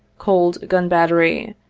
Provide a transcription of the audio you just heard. cold gun-battery,